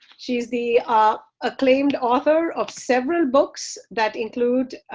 she's the ah acclaimed author of several books that include,